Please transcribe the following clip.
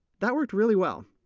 that worked really well.